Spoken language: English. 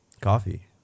coffee